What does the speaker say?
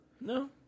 No